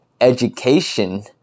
education